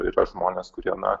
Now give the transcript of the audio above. yra žmonės kurie na